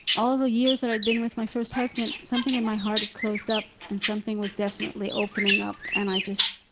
all the years that i had been with my first husband something in my heart had closed up, and something was definitely opening up, and i just,